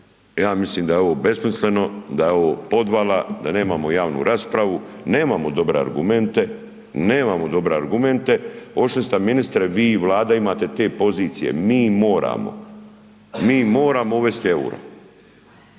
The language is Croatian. ja mislim da je ovo besmisleno, da je ovo podvala, da nemamo javnu raspravu. Nemamo dobre argumente, nemamo dobre argumente, otišli ste ministar vi i Vlada imate te pozicije, mi moramo, mi moramo uvesti euro,